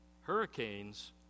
Hurricanes